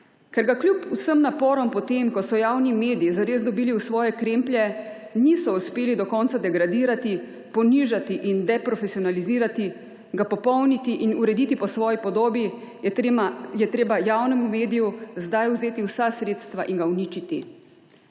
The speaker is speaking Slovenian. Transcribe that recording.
Ker ga kljub vsem naporom potem, ko so javni mediji zares dobili v svoje kremplje, niso uspeli do konca degradirati, ponižati in deprofesionalizirati, ga popolniti in urediti po svoji podobi, je treba javnemu mediju zdaj vzeti vsa sredstva in ga uničiti.